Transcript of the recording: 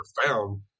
found